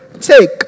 take